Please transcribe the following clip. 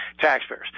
taxpayers